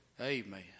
Amen